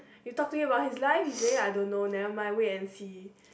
you talk to him about his life he said I don't know never mind wait and see